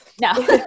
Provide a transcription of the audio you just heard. No